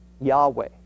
Yahweh